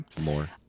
More